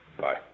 Bye